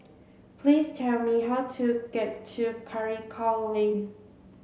please tell me how to get to Karikal Lane